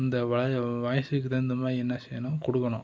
இந்த வ வயசுக்கு தகுந்த மாதிரி என்ன செய்யணும் கொடுக்குணும்